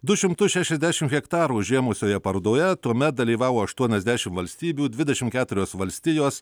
du šimtus šešiasdešimt hektarų užėmusioje parodoje tuomet dalyvavo aštuoniasdešimt valstybių dvidešimt keturios valstijos